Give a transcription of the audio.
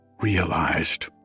realized